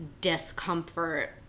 discomfort